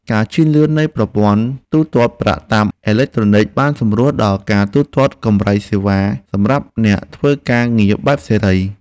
ការជឿនលឿននៃប្រព័ន្ធទូទាត់ប្រាក់តាមអេឡិចត្រូនិកបានសម្រួលដល់ការទូទាត់កម្រៃសេវាសម្រាប់អ្នកធ្វើការងារបែបសេរី។